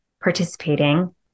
participating